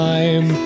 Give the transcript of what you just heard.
Time